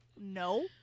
no